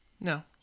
No